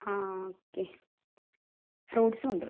ആ ഓക്കെ ഫ്രൂട്സും ഉണ്ട്